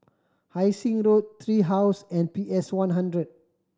Hai Sing Road Tree House and P S One hundred